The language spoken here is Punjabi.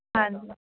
ਹਾਂਜੀ